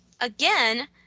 Again